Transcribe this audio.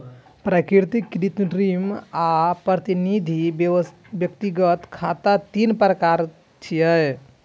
प्राकृतिक, कृत्रिम आ प्रतिनिधि व्यक्तिगत खाता तीन प्रकार छियै